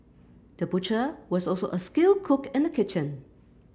the butcher was also a skilled cook in the kitchen